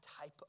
type